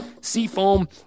Seafoam